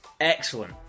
excellent